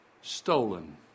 stolen